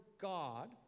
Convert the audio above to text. God